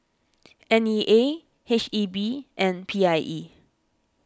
N E A H E B and P I E